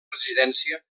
residència